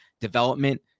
development